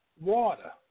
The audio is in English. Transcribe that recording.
water